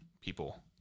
people